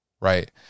right